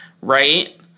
right